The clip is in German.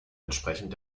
entsprechend